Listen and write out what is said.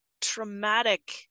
traumatic